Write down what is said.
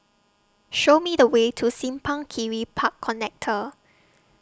Show Me The Way to Simpang Kiri Park Connector